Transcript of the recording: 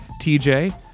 TJ